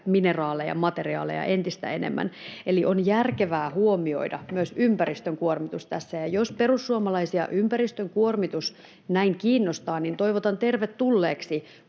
mineraaleja, materiaaleja entistä enemmän. Eli on järkevää huomioida myös ympäristön kuormitus tässä. Ja jos perussuomalaisia ympäristön kuormitus näin kiinnostaa, niin toivotan tervetulleeksi